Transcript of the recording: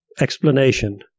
explanation